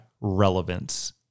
relevance